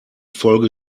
folge